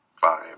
five